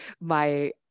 my-